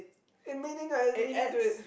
it meaning ah meaning to it